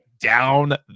down